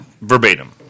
Verbatim